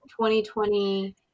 2020